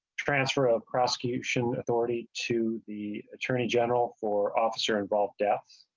transfer of prosecution authority to the attorney general for officer-involved deaths.